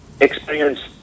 experience